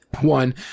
One